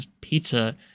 pizza